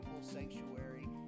sanctuary